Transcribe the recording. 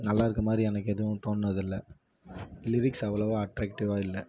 நல்லா இருக்கற மாதிரி எனக்கு எதுவும் தோன்றதில்ல லிரிக்ஸ் அவ்வளோவா அட்ராக்டிவ்வாக இல்லை